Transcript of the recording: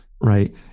right